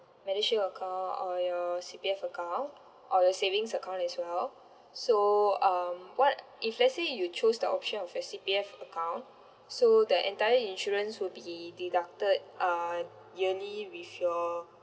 medishield account or your C_P_F account or your savings account as well so um what if let's say you choose the option of your C_P_F account so the entire insurance will be deducted uh yearly with your